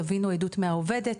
גבינו עדות מהעובדת,